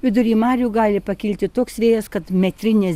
vidury marių gali pakilti toks vėjas kad metrinės